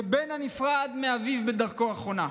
כבן הנפרד מאביו בדרכו האחרונה.